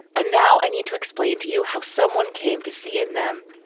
and now i need to explain to you how someone came to see in them.